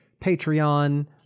Patreon